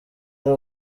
ari